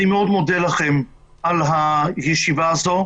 אני מאוד מודה לכם על הישיבה הזו,